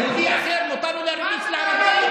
יהודי אחר, מותר לו להרביץ לערבי?